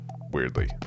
weirdly